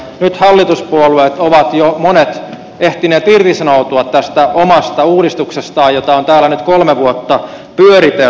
nyt monet hallituspuolueet ovat jo ehtineet irtisanoutua tästä omasta uudistuksestaan jota on täällä nyt kolme vuotta pyöritelty